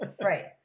Right